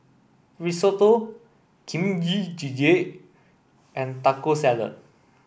Risotto Kimchi Jjigae and Taco Salad